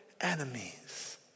enemies